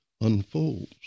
unfolds